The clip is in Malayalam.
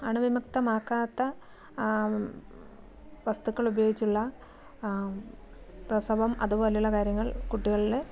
അണുവിമുക്തമാകാത്ത വസ്തുക്കൾ ഉപയോഗിച്ചുള്ള പ്രസവം അതുപോലുള്ള കാര്യങ്ങൾ കുട്ടികളിൽ